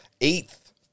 eighth